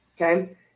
okay